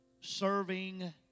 serving